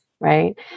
Right